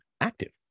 active